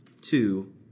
two